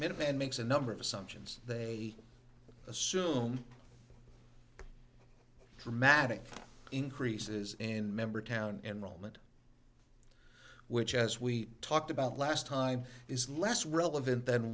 minutemen makes a number of assumptions they assume dramatic increases in member town enrollment which as we talked about last time is less relevant than